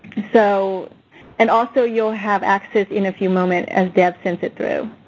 so and also you'll have access in a few moment and deb sends it through.